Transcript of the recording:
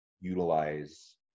utilize